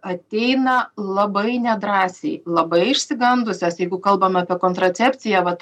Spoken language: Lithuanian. ateina labai nedrąsiai labai išsigandusios jeigu kalbam apie kontracepciją vat